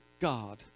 God